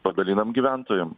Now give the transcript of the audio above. padalinam gyventojam